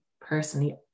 personally